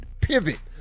pivot